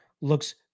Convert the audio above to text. looks